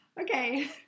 Okay